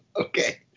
okay